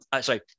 sorry